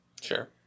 Sure